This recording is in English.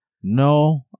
no